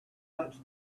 much